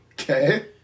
Okay